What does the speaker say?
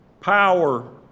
power